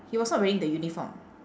he was not wearing the uniform